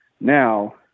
now